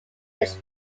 his